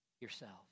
yourselves